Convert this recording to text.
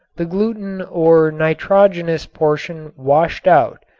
the gluten or nitrogenous portion washed out,